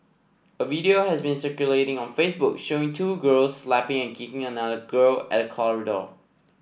a video has been circulating on Facebook showing two girls slapping and kicking another girl at a corridor